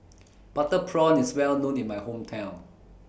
Butter Prawn IS Well known in My Hometown